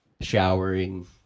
Showering